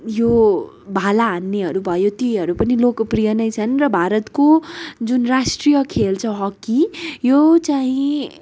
यो भाला हान्नेहरू भयो तीहरू पनि लोकप्रिय नै छन् र भारतको जुन राष्ट्रिय खेल छ हक्की यो चाहिँ